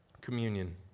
Communion